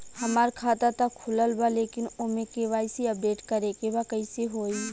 हमार खाता ता खुलल बा लेकिन ओमे के.वाइ.सी अपडेट करे के बा कइसे होई?